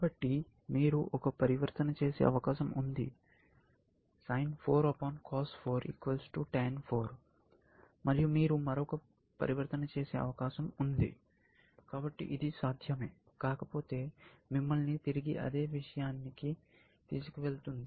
కాబట్టి మీరు ఒక పరివర్తన చేసే అవకాశం ఉంది sincos tan మరియు మీరు మరొక పరివర్తన చేసే అవకాశం ఉంది కాబట్టి ఇది సాధ్యమే కాకపోతే మిమ్మల్ని తిరిగి అదే విషయాని కి తీసుకువెళుతుంది